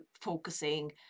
focusing